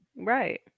Right